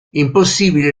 impossibile